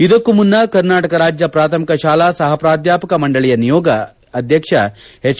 ಇದಕ್ಕೂ ಮುನ್ನ ಕರ್ನಾಟಕ ರಾಜ್ಯ ಪ್ರಾಥಮಿಕ ಶಾಲಾ ಸಹ ಪ್ರಾಧ್ವಾಪಕ ಮಂಡಳಿಯ ನಿಯೋಗ ಅಧ್ಯಕ್ಷ ಹೆಜ್